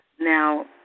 Now